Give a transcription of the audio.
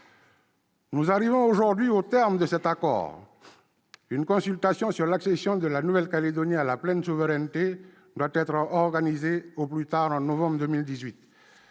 Nous arrivons aujourd'hui au terme de cet accord. Une consultation sur l'accession de la Nouvelle-Calédonie à la pleine souveraineté doit être organisée au plus tard en novembre 2018.